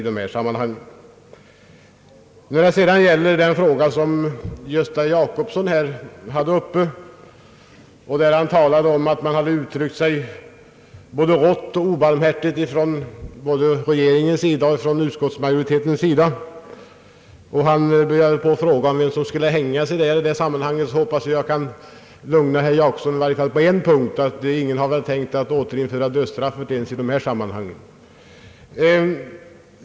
Så kommer jag till den fråga som herr Jacobsson tog upp. Han talade om att man hade uttryckt sig både rått och obarmhärtigt från regeringens och utskottsmajoritetens sida. Han frågade vem som skulle hängas i detta sammanhang. Jag hoppas att jag kan lugna herr Jacobsson åtminstone på en punkt: Ingen har väl tänkt att återinföra dödsstraffet ens i detta sammanhang.